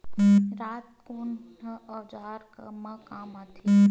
राहत कोन ह औजार मा काम आथे?